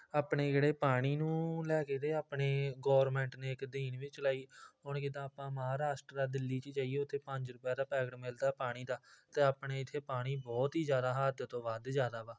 ਆਪਣੇ ਜਿਹੜੇ ਪਾਣੀ ਨੂੰ ਲੈ ਕੇ ਅਤੇ ਆਪਣੇ ਗੌਰਮੈਂਟ ਨੇ ਇੱਕ ਦੀਨ ਵੀ ਚਲਾਈ ਹੁਣ ਜਿੱਦਾਂ ਆਪਾਂ ਮਹਾਰਾਸ਼ਟਰ ਦਿੱਲੀ 'ਚ ਜਾਈਏ ਉੱਥੇ ਪੰਜ ਰੁਪਏ ਦਾ ਪੈਕਟ ਮਿਲਦਾ ਪਾਣੀ ਦਾ ਅਤੇ ਆਪਣੇ ਇੱਥੇ ਪਾਣੀ ਬਹੁਤ ਹੀ ਜ਼ਿਆਦਾ ਹੱਦ ਤੋਂ ਵੱਧ ਜ਼ਿਆਦਾ ਵਾ